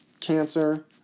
cancer